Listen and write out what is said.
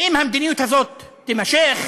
אם המדיניות הזאת תימשך,